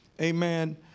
Amen